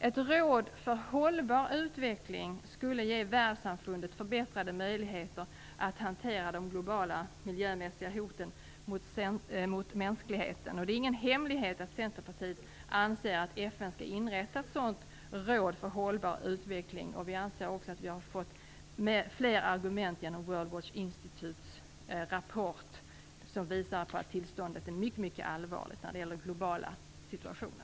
Ett råd för hållbar utveckling skulle ge världssamfundet förbättrade möjligheter att hantera de globala miljömässiga hoten mot mänskligheten. Det är ingen hemlighet att Centerpartiet anser att FN skall inrätta ett sådant råd för hållbar utveckling. Vi anser också att vi har fått fler argument genom World Watch Institutes rapport, som visar att tillståndet är mycket allvarligt när det gäller den globala situationen.